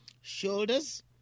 shoulders